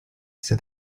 said